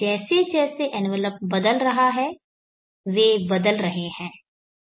जैसे जैसे एनवलप बदल रहा है वे बदल रहे हैं